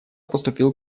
поступил